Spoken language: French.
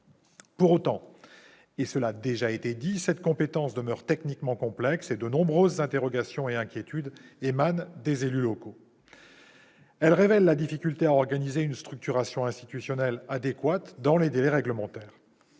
Pour autant, comme il a déjà été souligné, cette compétence demeure techniquement complexe, et de nombreuses interrogations et inquiétudes émanent des élus locaux. Elles révèlent la difficulté à organiser une structuration institutionnelle adéquate dans les délais réglementaires.